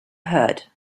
heard